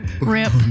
Rip